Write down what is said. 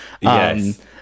Yes